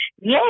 Yes